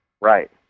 Right